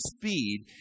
speed